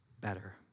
better